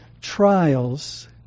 trials